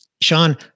Sean